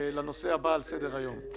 לנושא הבא שעל סדר היום.